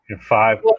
five